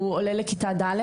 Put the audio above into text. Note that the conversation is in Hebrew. הוא עולה לכיתה ד',